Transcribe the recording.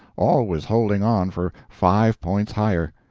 always holding on for five points higher.